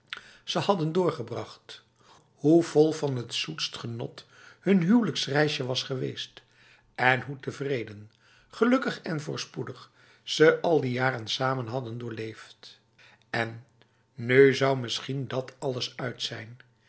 ze hadden doorgebracht hoe vol van het zoetst genot hun huwelijks reisje was geweest en hoe tevreden gelukkig en voorspoedig ze al die jaren samen hadden doorleefd en nu zou misschien dat alles uit zijn